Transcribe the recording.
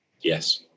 Yes